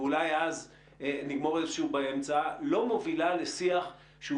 ואולי אז נגמור איפה שהוא באמצע" לא מובילה לשיח שהוא